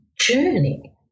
journey